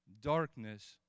darkness